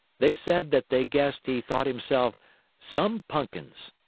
they said that they guessed he thought himself some punkins.